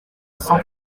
cent